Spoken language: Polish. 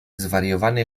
zwariowany